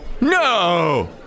no